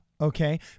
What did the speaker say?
Okay